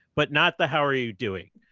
but not the how are you doing.